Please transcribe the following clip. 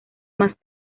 mas